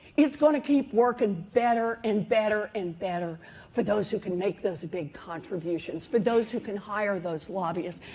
he's going to keep working better and better and better for those who can make those big contributions. for those who can hire those lobbyists.